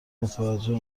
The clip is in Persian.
متوجه